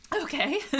Okay